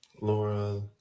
Laura